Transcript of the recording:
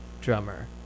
drummer